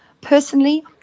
Personally